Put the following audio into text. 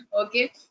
okay